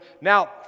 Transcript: now